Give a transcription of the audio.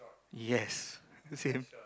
yes the same